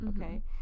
okay